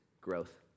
Growth